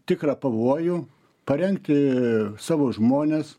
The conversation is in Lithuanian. tikrą pavojų parengti savo žmones